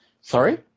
Sorry